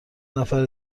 نفر